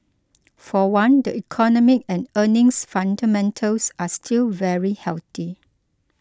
for one the economic and earnings fundamentals are still very healthy